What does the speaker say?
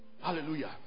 Hallelujah